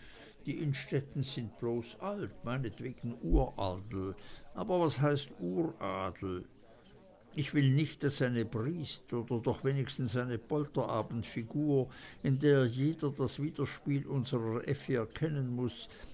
die innstettens sind bloß alt meinetwegen uradel aber was heißt uradel ich will nicht daß eine briest oder doch mindestens eine polterabendfigur in der jeder das widerspiel unserer effi erkennen muß